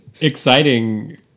exciting